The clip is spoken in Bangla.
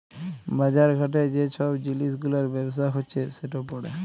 বাজার ঘাটে যে ছব জিলিস গুলার ব্যবসা হছে সেট পড়ে